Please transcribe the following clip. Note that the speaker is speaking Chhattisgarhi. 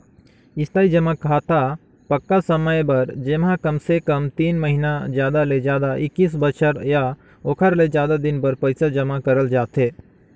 इस्थाई जमा खाता पक्का समय बर जेम्हा कमसे कम तीन महिना जादा ले जादा एक्कीस बछर या ओखर ले जादा दिन बर पइसा जमा करल जाथे